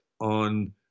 on